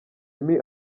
amy